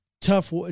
tough